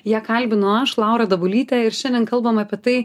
ją kalbinu aš laura dabulytė ir šiandien kalbam apie tai